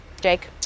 Jake